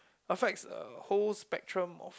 affects a whole spectrum of